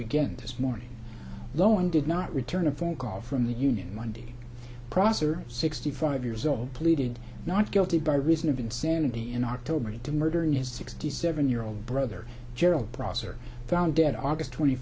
begin this morning lowing did not return a phone call from the union monday prosser sixty five years old pleaded not guilty by reason of insanity in october to murdering his sixty seven year old brother gerald prosser found dead august twenty